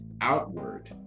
outward